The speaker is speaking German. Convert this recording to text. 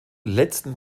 letzten